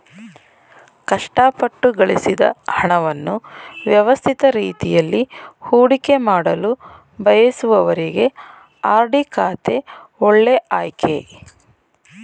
ಕಷ್ಟಪಟ್ಟು ಗಳಿಸಿದ ಹಣವನ್ನು ವ್ಯವಸ್ಥಿತ ರೀತಿಯಲ್ಲಿ ಹೂಡಿಕೆಮಾಡಲು ಬಯಸುವವರಿಗೆ ಆರ್.ಡಿ ಖಾತೆ ಒಳ್ಳೆ ಆಯ್ಕೆ